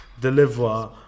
deliver